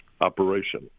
operation